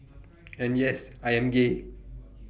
and yes I am gay